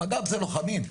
מג"ב זה לוחמים.